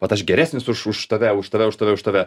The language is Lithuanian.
vat aš geresnis už už tave už tave už tave už tave